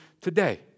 today